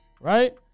right